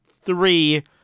three